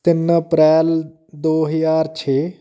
ਤਿੰਨ ਅਪ੍ਰੈਲ ਦੋ ਹਜ਼ਾਰ ਛੇ